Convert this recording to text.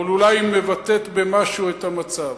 אבל אולי היא מבטאת במשהו את המצב.